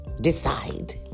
decide